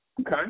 Okay